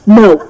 no